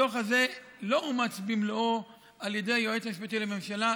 הדוח הזה לא אומץ במלואו על ידי היועץ המשפטי לממשלה,